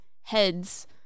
heads